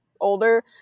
older